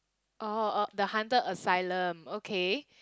oh the haunted asylum okay